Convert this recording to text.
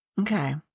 okay